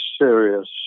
serious